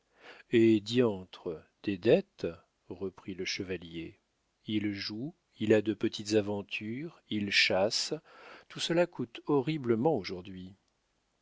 hé diantre des dettes reprit le chevalier il joue il a de petites aventures il chasse tout cela coûte horriblement aujourd'hui